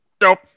Nope